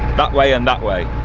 that way and that way.